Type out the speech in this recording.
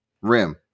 rim